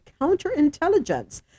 counterintelligence